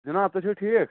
جناب تُہۍ چھُوٹھیٖک